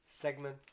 segment